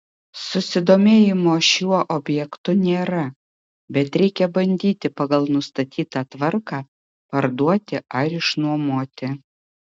susidomėjimo šiuo objektu nėra bet reikia bandyti pagal nustatytą tvarką parduoti ar išnuomoti